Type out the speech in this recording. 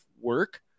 work